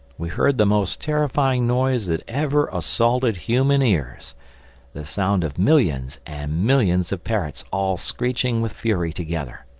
we heard the most terrifying noise that ever assaulted human ears the sound of millions and millions of parrots all screeching with fury together.